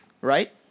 right